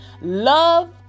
Love